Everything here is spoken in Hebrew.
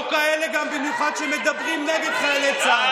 ובמיוחד לא מכאלה שמדברים נגד חיילי צה"ל.